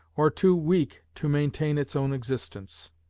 or too weak to maintain its own existence